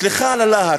סליחה על הלהט,